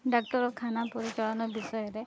ଡାକ୍ତରଖାନା ପରିଚାଳନା ବିଷୟରେ